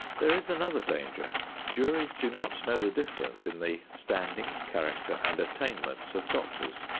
there is another danger juries do not know the difference in the standing, character and attainments of doctors,